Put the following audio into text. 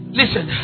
listen